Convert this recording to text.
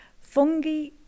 Fungi